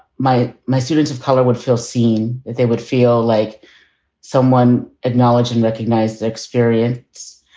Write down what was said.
my my students of color would feel, seeing if they would feel like someone acknowledge and recognize the experience,